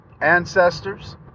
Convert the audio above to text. ancestors